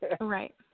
Right